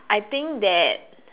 I think that